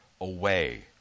away